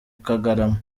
kagarama